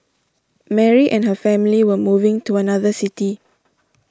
Mary and her family were moving to another city